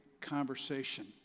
conversation